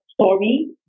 Story